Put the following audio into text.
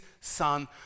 son